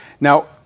Now